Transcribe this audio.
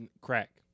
Crack